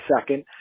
second